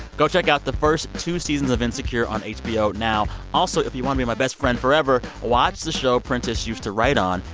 go check out the first two seasons of insecure on hbo now. also, if you want to be my best friend forever, watch the show prentice used to write on,